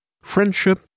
friendship